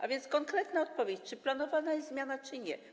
A więc konkretna odpowiedź: Czy jest planowana zmiana czy nie?